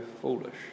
foolish